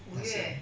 五月